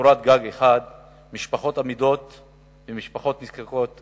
קורת גג אחת משפחות אמידות ומשפחות נזקקות כאחת.